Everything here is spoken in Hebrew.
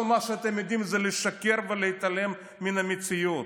וכל מה שאתם יודעים זה לשקר ולהתעלם מן המציאות.